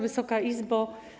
Wysoka Izbo!